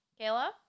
Kayla